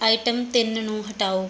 item ਤਿੰਨ ਨੂੰ ਹਟਾਓ